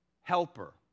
Helper